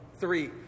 Three